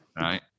right